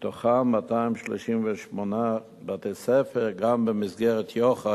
מתוכם 238 בתי-ספר גם במסגרת יוח"א,